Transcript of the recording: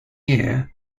year